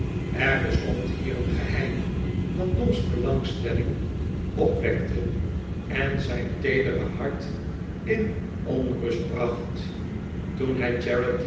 er bestond hier een geheim dat tom's belangstelling opwekte en zijn teedere hart in onrust bracht toen hij